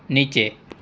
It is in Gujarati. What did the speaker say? નીચે